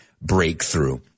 Breakthrough